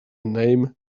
name